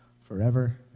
forever